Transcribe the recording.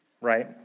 right